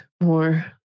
more